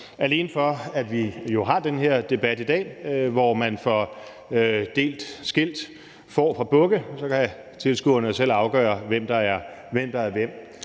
alene for at vi kan have den her debat i dag, hvor man får skilt fårene fra bukkene, og så kan tilskuerne jo selv afgøre, hvem der er hvem. Havde